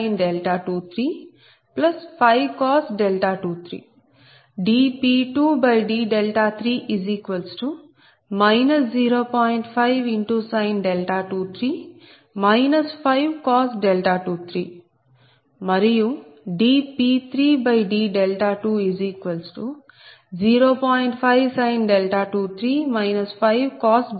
523 5 23 dP2d3 0